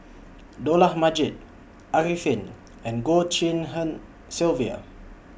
Dollah Majid Arifin and Goh Tshin En Sylvia